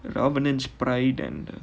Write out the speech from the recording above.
the ramanam's pride and uh